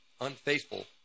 unfaithful